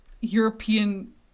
European